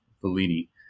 Bellini